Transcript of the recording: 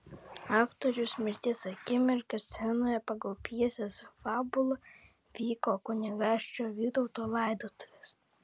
aktoriaus mirties akimirką scenoje pagal pjesės fabulą vyko kunigaikščio vytauto laidotuvės